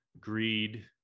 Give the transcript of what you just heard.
greed